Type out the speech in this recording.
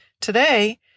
Today